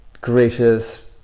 gracious